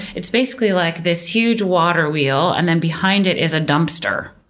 it's basically like this huge water wheel and then behind it is a dumpster.